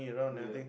yeah